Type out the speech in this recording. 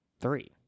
Three